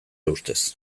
ustez